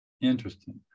Interesting